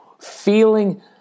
feeling